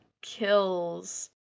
Kills